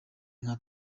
nka